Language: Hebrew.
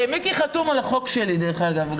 מיקי גם חתום על החוק שלי, דרך אגב.